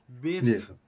Biff